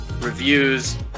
reviews